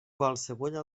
qualsevulla